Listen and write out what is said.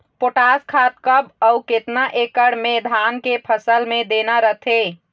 Potash खाद कब अऊ केतना एकड़ मे धान के फसल मे देना रथे?